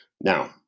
Now